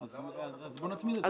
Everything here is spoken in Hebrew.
אז בואו נצמיד את זה.